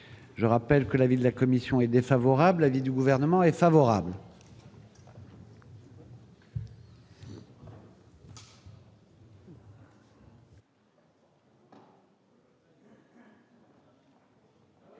Je rappelle que l'avis de la commission est défavorable et que celui du Gouvernement est favorable.